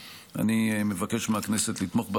ואני כשר המשפטים משקיע מאמץ גדול כדי